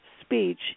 speech